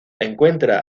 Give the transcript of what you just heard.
encuentra